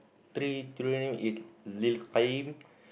three name is